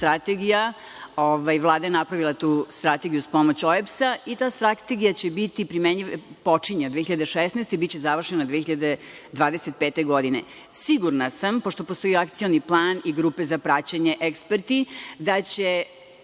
Vlada je napravila tu strategiju uz pomoć OEBS-a i ta strategija počinje od 2016. godine i biće završena 2025. godine. Sigurna sam, pošto postoji Akcioni plan i grupe za praćenje, eksperti, da će